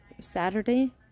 Saturday